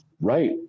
right